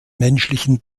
menschlichen